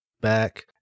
back